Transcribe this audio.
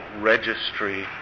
registry